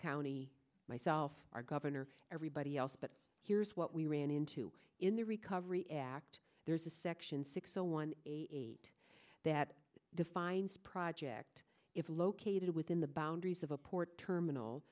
county myself our governor everybody else but here's what we ran into in the recovery act there's a section six zero one eight that defines project if located within the boundaries of a port terminal